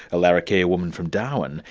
a larrakia woman from darwin,